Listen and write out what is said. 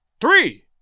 three